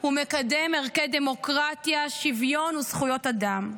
הוא מקדם ערכי דמוקרטיה, שוויון וזכויות אדם".